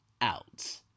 out